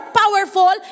powerful